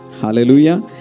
Hallelujah